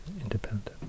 independent